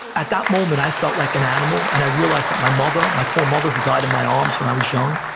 at that moment i felt like an animal, and i realized that my mother, my poor mother who died in my arms when i was young,